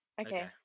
Okay